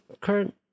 current